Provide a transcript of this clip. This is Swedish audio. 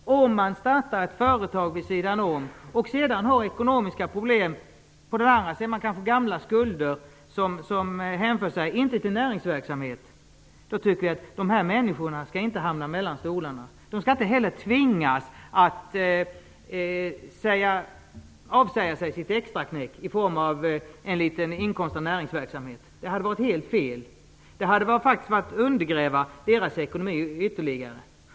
De människor som startar ett företag vid sidan om och sedan har ekonomiska problem och kanske gamla skulder som inte hänför sig till näringsverksamhet skall inte hamna mellan stolarna. De skall heller inte tvingas att avsäga sig sitt extraknäck i form av en liten inkomst av näringsverksamhet. Det skulle vara helt fel. Det vore att undergräva deras ekonomi ytterligare.